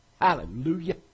Hallelujah